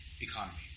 economy